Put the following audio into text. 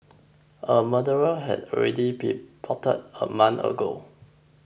a murder had already been plotted a month ago